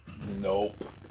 Nope